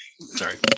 Sorry